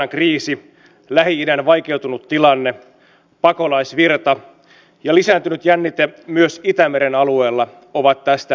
ukrainan kriisi lähi idän vaikeutunut tilanne pakolaisvirta ja lisääntynyt jännite myös itämeren alueella ovat tästä esimerkkejä